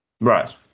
Right